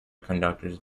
conductors